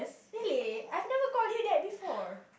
really I have never called you that before